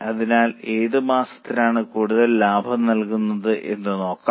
അതിനാൽ ഏത് മാസമാണ് നിങ്ങൾക്ക് കൂടുതൽ ലാഭം നൽകുന്നത് എന്ന് നോക്കാം